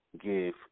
give